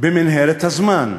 במנהרת הזמן.